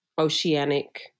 oceanic